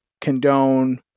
condone